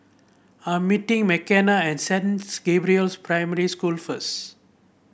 I'm meeting Makenna at Saint Gabriel's Primary School first